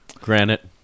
Granite